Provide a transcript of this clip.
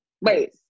Wait